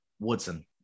Woodson